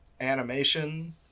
animation